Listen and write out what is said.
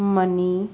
money